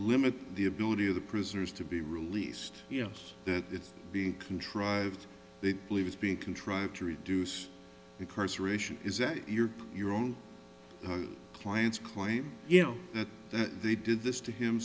limit the ability of the prisoners to be released yes that it's being contrived they believe is being contrived to reduce incarceration is that your your own clients claim you know that they did this to him